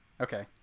Okay